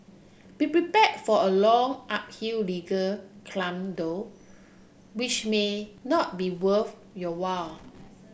be prepared for a long uphill legal climb though which may not be worth your while